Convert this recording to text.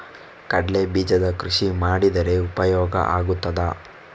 ಕಡ್ಲೆ ಬೀಜದ ಕೃಷಿ ಮಾಡಿದರೆ ಉಪಯೋಗ ಆಗುತ್ತದಾ?